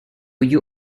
you